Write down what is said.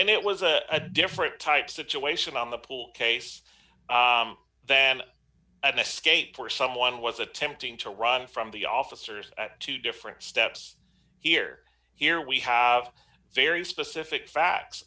and it was a different type situation on the pool case than an escape where someone was attempting to run from the officers at two different steps here here we have very specific facts